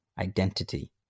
identity